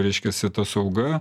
reiškiasi ta sauga